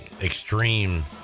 extreme